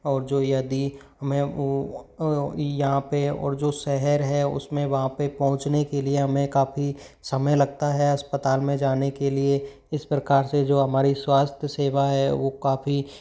और जो यदि हमें वो यहाँ पे और जो शहर है उसमें वहाँ पे पहुँचने के लिए हमें काफ़ी समय लगता है अस्पताल में जाने के लिए इस प्रकार से जो हमारी स्वास्थ्य सेवा है वो काफ़ी